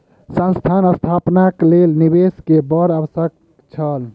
संस्थान स्थापनाक लेल निवेश के बड़ आवश्यक छल